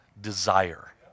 desire